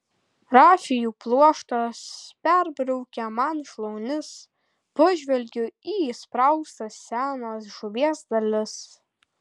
rafijų pluoštas perbraukia man šlaunis pažvelgiu į įspraustas senos žuvies dalis